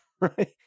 right